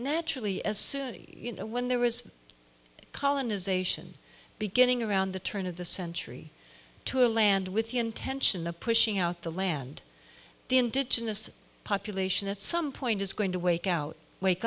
naturally as soon as you know when there was colonization beginning around the turn of the century to a land with the intention of pushing out the land the indigenous population at some point is going to wake out wake